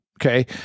Okay